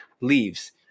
leaves